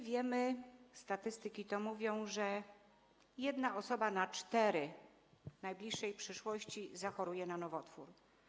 Wiemy, statystyki to mówią, że jedna osoba na cztery w najbliższej przyszłości zachoruje na nowotwór.